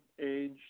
age